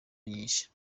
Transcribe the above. nyinshi